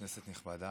כנסת נכבדה,